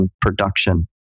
production